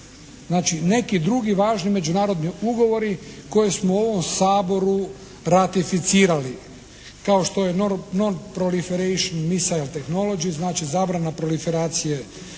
Znači, neki drugi važni međunarodni ugovori koje smo u ovom Saboru ratificirali kao što je "non proliferation misail tehnology" znači zabrana proliferacije